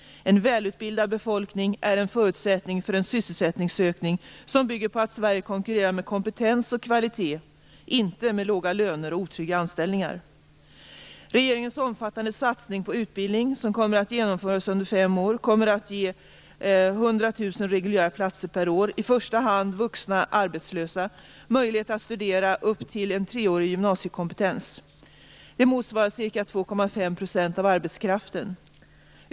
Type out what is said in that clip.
En välutbildad befolkning är en förutsättning för en sysselsättningsökning som bygger på att Sverige konkurrerar med kompetens och kvalitet - inte med låga löner och otrygga anställningar. Regeringens omfattande satsning på utbildning, som kommer att genomföras under fem år, kommer att ge 100 000 reguljära platser per år. I första hand kommer vuxna arbetslösa att få möjlighet att studera upp till treårig gymnasiekompetens. Det motsvarar ca 2,5 % av arbetskraften.